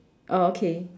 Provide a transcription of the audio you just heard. oh okay